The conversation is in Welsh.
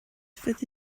fyddi